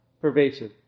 pervasive